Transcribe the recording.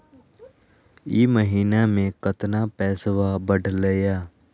ई महीना मे कतना पैसवा बढ़लेया?